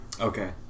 Okay